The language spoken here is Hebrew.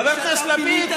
חבר הכנסת לפיד,